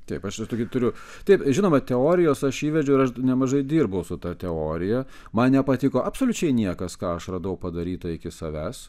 taip aš čia tokį turiu taip žinoma teorijos aš įvedžiau ir aš nemažai dirbau su ta teorija man nepatiko absoliučiai niekas ką aš radau padaryta iki savęs